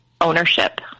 ownership